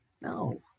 No